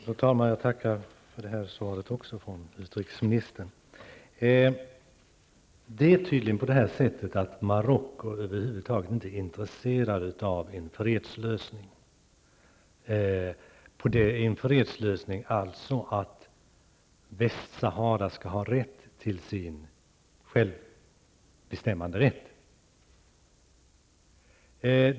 Fru talman! Jag tackar även för det här svaret från utrikesministern. Det är tydligen så att Marocko över huvud taget inte är intresserat av en fredslösning, alltså av att Västsahara skall ha rätt till sitt självbestämmande.